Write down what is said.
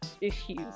issues